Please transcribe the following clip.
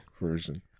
version